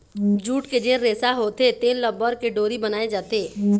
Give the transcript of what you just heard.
jute के जेन रेसा होथे तेन ल बर के डोरी बनाए जाथे